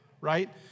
right